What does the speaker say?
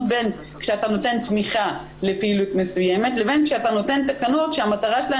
בין כשאתה נותן תמיכה לפעילות מסוימת לבין כשאתה נותן תקנות שהמטרה שלהן